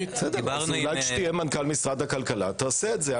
אולי כשתהיה מנכ"ל משרד הכלכלה, תעשה את זה.